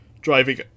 driving